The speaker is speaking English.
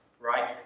right